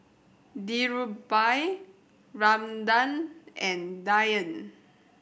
Dhirubhai Ramanand and Dhyan